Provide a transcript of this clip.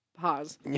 Pause